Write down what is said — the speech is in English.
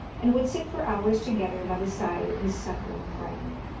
and would sit for hours together by the side of his suffering friend.